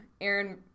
Aaron